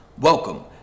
Welcome